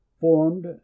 formed